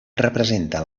representa